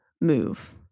move